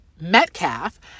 Metcalf